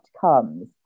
comes